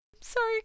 Sorry